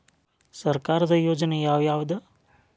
ಸರ್ಕಾರದ ಯೋಜನೆ ಯಾವ್ ಯಾವ್ದ್?